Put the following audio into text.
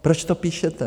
Proč to píšete?